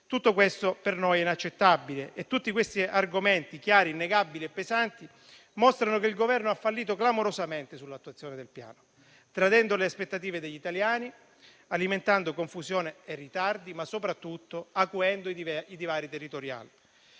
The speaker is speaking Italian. Tutto questo per noi è inaccettabile e tutti questi argomenti, chiari, innegabili e pesanti, mostrano che il Governo ha fallito clamorosamente nell'attuazione del Piano, tradendo le aspettative degli italiani, alimentando confusione e ritardi, ma soprattutto acuendo i divari territoriali.